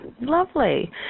Lovely